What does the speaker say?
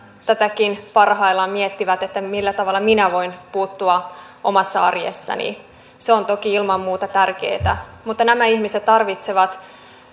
tätäkin parhaillaan miettivät että millä tavalla minä voin puuttua omassa arjessani se on toki ilman muuta tärkeätä mutta nämä ihmiset tarvitsevat